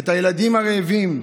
את הילדים הרעבים.